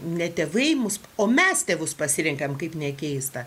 ne tėvai mus o mes tėvus pasirenkam kaip ne keista